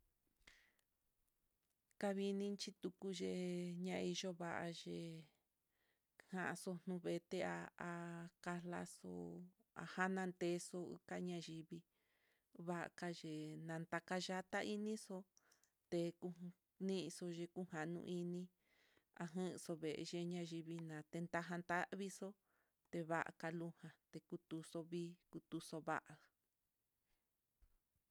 Kavininchi tuku yee, nayovayii kaxo nuve ti'a, há kalaxu ajanantexu kaña yivii vanka yee nantaka yatá inixo tekú, nixujan kanoini ajan xoveexhi ñayivii nanté tajan tavixo'o tevaka lujan tekuuxo vii tekuxo va'a.